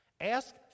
Ask